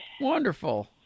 Wonderful